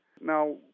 Now